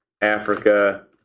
Africa